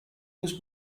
was